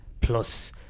plus